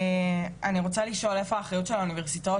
אני רוצה לשאול איפה האחריות של האוניברסיטאות